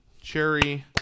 cherry